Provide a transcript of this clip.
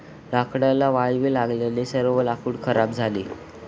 लाकडाला वाळवी लागल्याने सर्व लाकूड खराब झाले